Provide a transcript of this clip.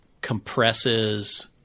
compresses